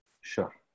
Sure